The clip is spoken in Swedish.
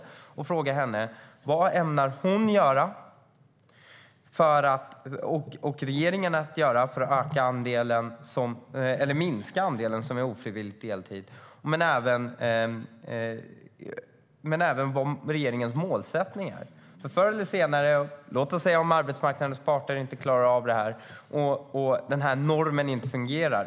Då vill jag fråga henne vad hon och regeringen ämnar göra för att minska andelen som ofrivilligt arbetar deltid men även vad regeringens målsättning är. Låt oss säga att arbetsmarknadens parter inte klarar av det här och att den här normen inte fungerar!